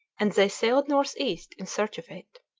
and they sailed north-east in search of it.